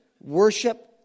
worship